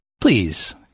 Please